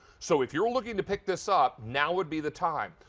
so if you're looking to pick this up, now would be the time.